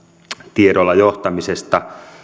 tiedolla johtamisesta